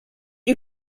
est